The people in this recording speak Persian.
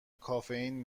کافئین